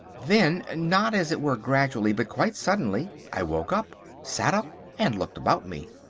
then, not as it were gradually, but quite suddenly, i woke up, sat up, and looked about me.